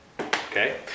Okay